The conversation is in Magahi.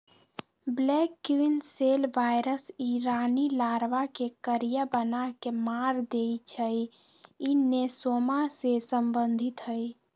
ब्लैक क्वीन सेल वायरस इ रानी लार्बा के करिया बना के मार देइ छइ इ नेसोमा से सम्बन्धित हइ